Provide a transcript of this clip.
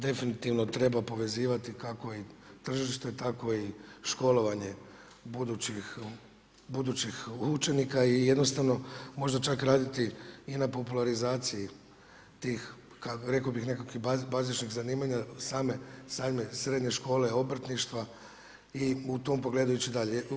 Definitivno treba povezivati kako i tržište tako i školovanje budućih učenika i jednostavno možda čak raditi i na popularizaciji tih rekao bih nekakvih bazičnih zanimanja same srednje škole, obrtništva i u tom pogledu ići dalje.